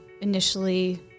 initially